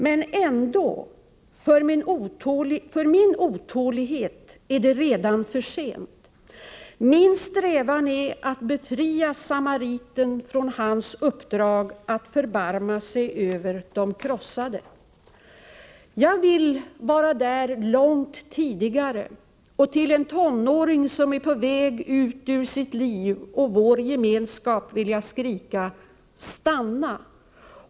Men ändå — för min otålighet är det redan för sent. Min strävan är att befria samariten från hans uppdrag att förbarma sig över de krossade. Jag vill vara där långt tidigare och till en tonåring som är på väg ut ur sitt liv och vår gemenskap vill jag skrika: Stanna!